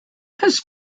his